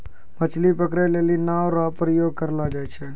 मछली पकड़ै लेली नांव रो प्रयोग करलो जाय छै